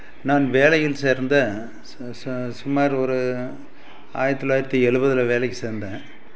நான் வேலையில் சேர்ந்த ச ச சுமார் ஒரு ஆயிரத்து தொள்ளாயிரத்தி எழுவதுல வேலைக்கு சேர்ந்தேன்